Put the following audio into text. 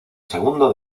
segundo